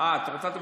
את רוצה?